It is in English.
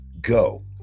go